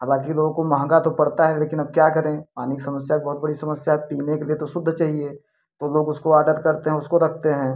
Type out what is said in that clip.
हाँ बाकी लोगों को महंगा तो पड़ता है लेकिन अब क्या करें पानी की समस्या एक बहुत बड़ी समस्या है पीने के लिए तो शुद्ध चाहिए तो लोग उसको आडर करते हैं उसको रखते हैं